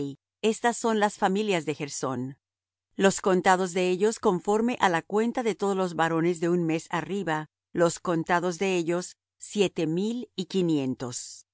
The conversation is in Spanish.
estas son las familias de gersón los contados de ellos conforme á la cuenta de todos los varones de un mes arriba los contados de ellos siete mil y quinientos